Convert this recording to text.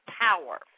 power